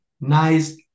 nice